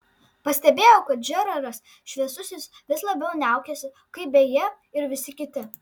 pastebėjau kad žeraras šviesusis vis labiau niaukiasi kaip beje ir visi kiti